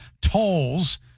tolls